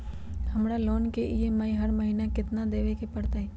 हमरा लोन के ई.एम.आई हर महिना केतना देबे के परतई?